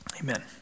Amen